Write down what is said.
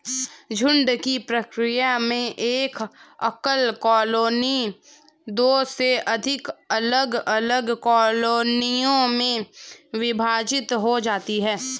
झुंड की प्रक्रिया में एक एकल कॉलोनी दो से अधिक अलग अलग कॉलोनियों में विभाजित हो जाती है